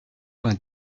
vingt